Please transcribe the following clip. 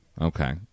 Okay